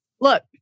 look